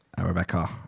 Rebecca